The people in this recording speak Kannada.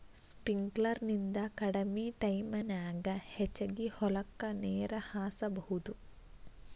ಸ್ಪಿಂಕ್ಲರ್ ನಿಂದ ಕಡಮಿ ಟೈಮನ್ಯಾಗ ಹೆಚಗಿ ಹೊಲಕ್ಕ ನೇರ ಹಾಸಬಹುದು